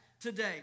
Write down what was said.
today